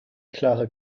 klare